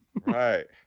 right